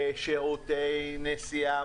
שירותי נסיעה,